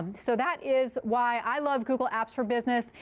so that is why i love google apps for business.